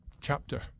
chapter